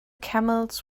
camels